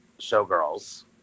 Showgirls